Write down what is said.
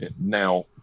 now